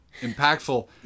impactful